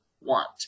want